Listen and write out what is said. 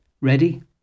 Ready